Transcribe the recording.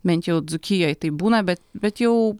bent jau dzūkijoj taip būna bet bet jau